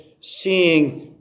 seeing